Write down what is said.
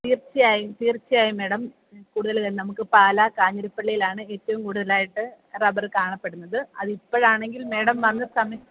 തീർച്ചയായും തീർച്ചയായും മേഡം കൂടുതല് നമുക്ക് പാലാ കാഞ്ഞിരപ്പള്ളിയിലാണ് ഏറ്റവും കൂടുലായിട്ട് റബറ് കാണപ്പെടുന്നത് അത് ഇപ്പഴാണെങ്കിൽ മേഡം വന്ന് സമ്